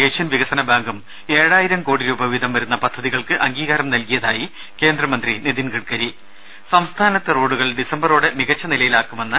Asian വികസന ബാങ്കും ഏഴായിരം കോടി രൂപ വീതം വരുന്ന പദ്ധ തികൾക്ക് അംഗീകാരം നൽകിയതായി കേന്ദ്രമന്ത്രി നിതിൻ ഗഡ്കരി സംസ്ഥാനത്തെ റോഡുകൾ ഡിസംബറോടെ മികച്ച നിലയിലാക്കുമെന്ന്